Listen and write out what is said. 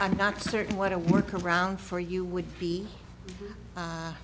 i'm not certain what a workaround for you would be